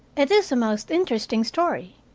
it is a most interesting story,